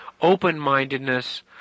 open-mindedness